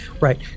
Right